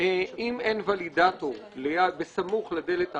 שאם אין ולידטור בסמוך לדלת האחורית,